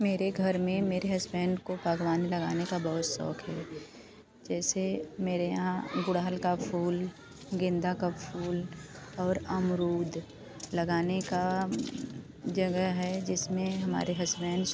मेरे घर में मेरे हसबैंड को बागवानी लगाने का बहुत शौक़ है जैसे मेरे यहाँ गुड़हल का फूल गेंदा का फूल और अमरूद लगाने का जगह है जिसमे हमारे हसबैंड्स